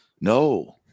No